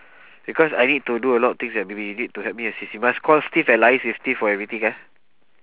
because I need to do a lot of things eh maybe you need to help me assist you must call steve and liaise with steve for everything ah